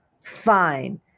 Fine